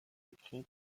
écrite